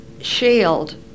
shield